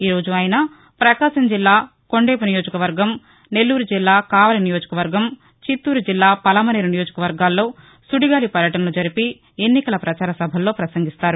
ఈరోజు ఆయన ప్రకాశం జిల్లా కొండపు నియోజకవర్గం నెల్లూరు జిల్లా కావలి నియోజకవర్గం చిత్తూరు జిల్లా పలమనేరు నియోజకవర్గాల్లో సుడిగాలి పర్యటనలు జరిపి ఎన్నికల ప్రపచార సభల్లో పసంగిస్తారు